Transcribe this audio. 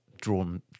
drawn